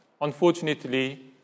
unfortunately